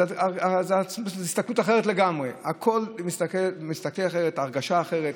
אז ההסתכלות היא אחרת לגמרי וכל ההרגשה היא אחרת,